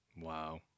Wow